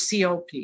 COP